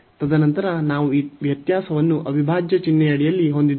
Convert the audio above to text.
ತದನಂತರ ನಾವು ಈ ವ್ಯತ್ಯಾಸವನ್ನು ಅವಿಭಾಜ್ಯ ಚಿಹ್ನೆಯಡಿಯಲ್ಲಿ ಹೊಂದಿದ್ದೇವೆ